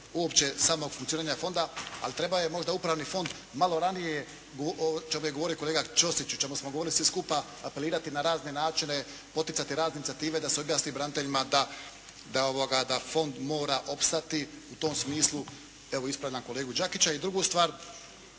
uopće samog funkcioniranja fonda, ali trebao je možda upravni fond malo ranije o čemu je govorio kolega Ćosić i o čemu smo govorili svi skupa, apelirati na razne načine, poticati razne inicijative da se objasni braniteljima da fond mora opstati u tom smislu evo ispravljam kolegu Đakića. I drugu stvar,